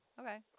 Okay